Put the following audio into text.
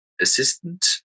assistant